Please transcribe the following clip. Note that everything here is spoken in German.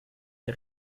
der